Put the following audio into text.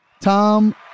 Tom